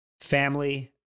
family